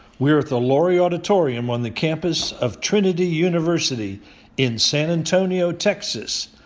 we're at the laurie auditorium on the campus of trinity university in san antonio, texas,